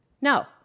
No